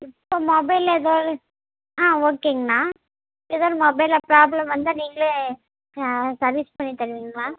இப்போ மொபைலில் ஏதாவது ஆ ஓகேங்கண்ணா ஏதாவது மொபைலில் ப்ராப்ளம் வந்தால் நீங்களே சர்வீஸ் பண்ணி தருவீங்களா